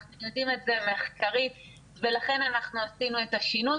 אנחנו יודעים את זה מחקרית ולכן אנחנו עשינו את השינוי